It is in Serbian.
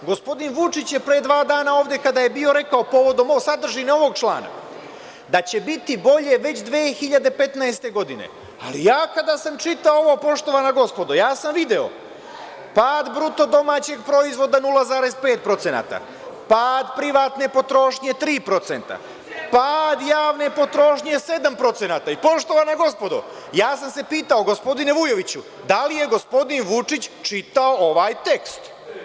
Gospodin Vučić je ovde pre dva dana, kada je bio, rekao povodom sadržine ovog člana da će biti bolje već 2015. godine, ali ja kada sam čitao ovo, poštovana gospodo, ja sam video pad bruto domaćeg proizvoda 0,5%, pad privatne potrošnje 3%, pad javne potrošnje 7% i, poštovana gospodo, ja sam se pitao, gospodine Vujoviću, da li je gospodin Vučić čitao ovaj tekst?